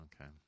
okay